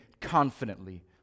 confidently